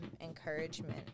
encouragement